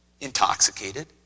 Intoxicated